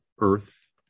earth